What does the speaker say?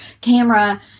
camera